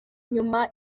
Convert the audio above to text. nyuma